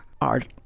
art